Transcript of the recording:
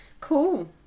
Cool